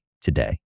today